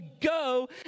go